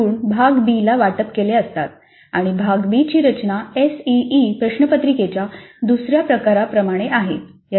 उर्वरित गुण भाग बी ला वाटप केले असतात आणि भाग बी ची रचना एसईई प्रश्नपत्रिकेच्या दुसऱ्या प्रकाराप्रमाणे आहे